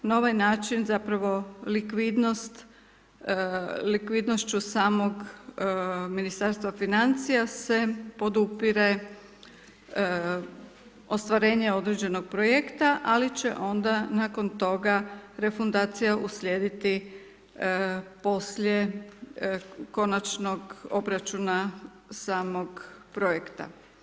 Na ovaj način zapravo likvidnošću samog Ministarstva financija se podupire ostvarenje određenog projekta, ali će onda nakon toga refundacija slijediti poslije konačnog obračuna samog proračuna.